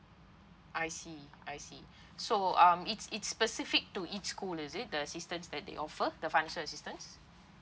I see I see so um it's it's specific to each school is it the assistance that they offer the financial assistance